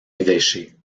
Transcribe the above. évêché